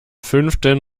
fünften